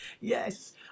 yes